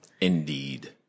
Indeed